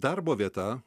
darbo vieta